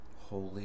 Holy